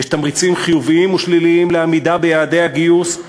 יש תמריצים חיוביים ושליליים לעמידה ביעדי הגיוס,